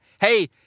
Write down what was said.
Hey